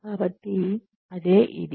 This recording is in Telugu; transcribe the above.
కాబట్టి అదే ఇది